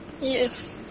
Yes